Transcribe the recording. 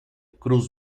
cruz